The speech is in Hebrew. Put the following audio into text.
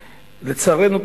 לצערנו,